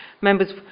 Members